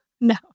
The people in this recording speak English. no